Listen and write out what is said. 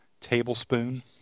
tablespoon